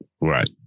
Right